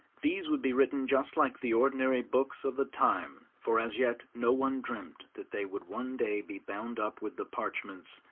these would be written just like the ordinary books of the time, for as yet no one dreamt that they would one day be bound up with the parchments,